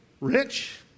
Rich